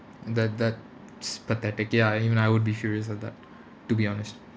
that that's pathetic ya even I would be furious at that to be honest